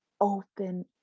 open